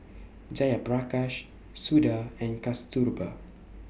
Jayaprakash Suda and Kasturba